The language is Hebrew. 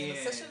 הנושא של